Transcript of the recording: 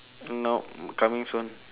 no coming soon